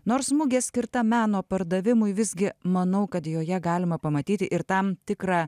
nors mugė skirta meno pardavimui visgi manau kad joje galima pamatyti ir tam tikrą